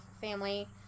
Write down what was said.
family